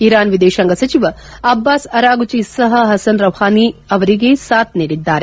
Iran ವಿದೇಶಾಂಗ ಸಚಿವ Abbas Araghchi ಸಹ ಹಸನ್ ರೌಹಾನಿ ಅವರಿಗೆ ಸಾತ್ ನೀಡಿದ್ದಾರೆ